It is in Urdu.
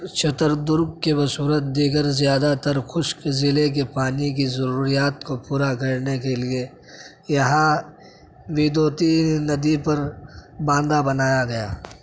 چتردرگ کے بصورت دیگر زیادہ تر خشک ضلعے کے پانی کی ضروریات کو پورا کرنے کے لیے یہاں ویدوتی ندی پر باندھ بنایا گیا